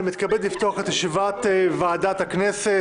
אני מתכבד לפתוח את ישיבת ועדת הכנסת.